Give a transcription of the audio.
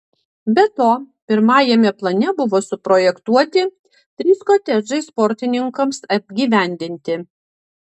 be to pirmajame plane buvo suprojektuoti trys kotedžai sportininkams apgyvendinti